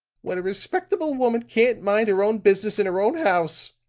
when a respectable woman can't mind her own business in her own house.